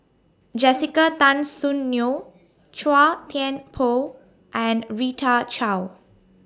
Jessica Tan Soon Neo Chua Thian Poh and Rita Chao